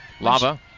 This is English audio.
Lava